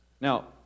Now